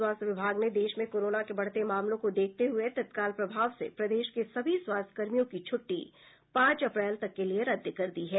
स्वास्थ्य विभाग ने देश में कोरोना के बढ़ते मामलों को देखते हुए तत्काल प्रभाव से प्रदेश के सभी स्वास्थ्यकर्मियों की छुट्टी पांच अप्रैल तक के लिए रद्द कर दी है